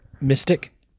Mystic